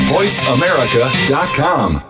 VoiceAmerica.com